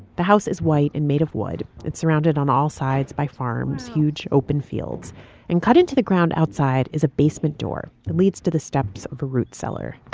the house is white and made of wood. it's surrounded on all sides by farms, huge open fields and cut into the ground. outside is a basement door that leads to the steps of a root cellar